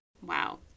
Wow